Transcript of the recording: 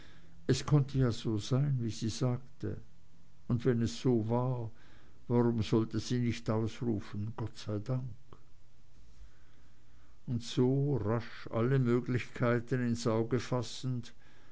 es konnte ja so sein wie sie sagte und wenn es so war warum sollte sie nicht ausrufen gott sei dank und so rasch alle möglichkeiten ins auge fassend